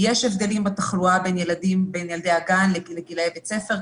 יש הבדלים בתחלואה בין ילדי הגן לבין ילדים בגילאי בית ספר.